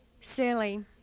silly